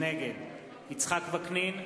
נגד יצחק וקנין,